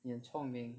你很聪明